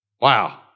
Wow